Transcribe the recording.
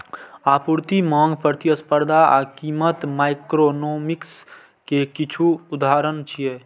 आपूर्ति, मांग, प्रतिस्पर्धा आ कीमत माइक्रोइकोनोमिक्स के किछु उदाहरण छियै